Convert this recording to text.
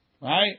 Right